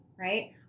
right